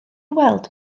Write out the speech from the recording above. weld